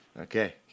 Okay